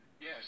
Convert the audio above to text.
Yes